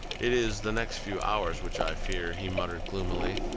it is the next few hours which i fear, he muttered gloomily.